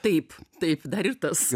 taip taip dar ir tas